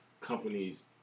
companies